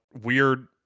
weird